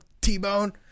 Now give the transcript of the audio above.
T-Bone